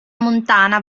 montana